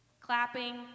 Clapping